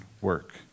work